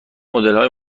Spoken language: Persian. مدلهای